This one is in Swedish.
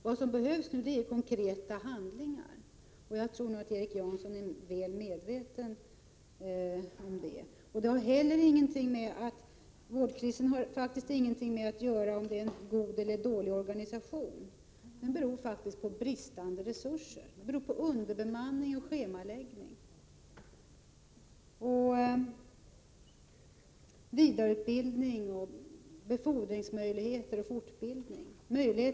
Vad som behövs är konkreta handlingar, och jag tror att Erik Janson är väl medveten om det. Vårdkrisen beror heller inte på om man har en god eller dålig organisation utan den beror på bristande resurser, den beror på underbemanning och schemaläggning. Dessutom måste möjligheter till vidareutbildning, befordran och fortbildning finnas.